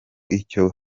icyo